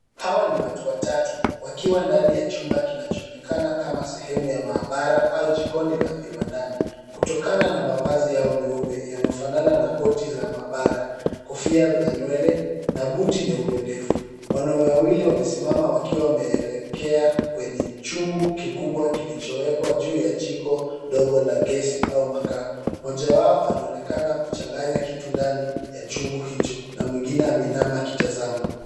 Hawa ni watu watatu wakiwa ndani ya chumba kinachoonekana kama sehemu ya mahabara au jikoni la viwandani kutokana na mavazi yao meupe yanayofanana na koti za mahabara, kofia za nywele na buti nyeupe ndefu. Wanaume wawili wamesimama wakiwa wameelekea kwenye chungu kikubwa kilichowekwa juu ya jiko ndogo la gesi au makaa. Mmoja wao anaonekana kuchanganya kitu ndani ya chungu hicho na mwingine ameinama akitazama.